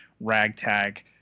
ragtag